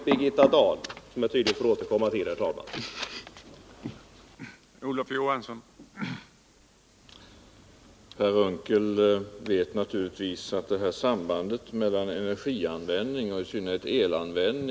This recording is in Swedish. Av tidsskäl får jag tydligen återkomma med några ord till Birgitta Dahl vid något annat tillfälle.